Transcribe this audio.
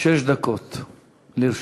שש דקות לרשותך.